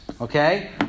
okay